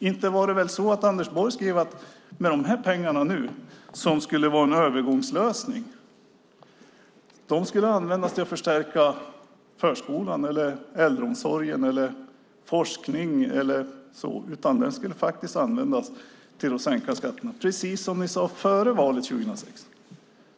Inte var det väl så att Anders Borg skrev att de här pengarna, som skulle vara en övergångslösning, skulle användas till att förstärka förskola, äldreomsorg eller forskning, utan till att sänka skatterna precis som ni sade före valet 2006.